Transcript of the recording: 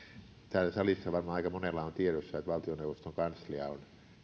täällä salissa varmaan aika monella on tiedossa että valtioneuvoston kanslia on